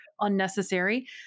unnecessary